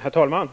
Herr talman!